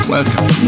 Welcome